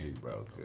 bro